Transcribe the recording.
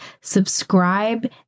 subscribe